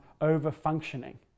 over-functioning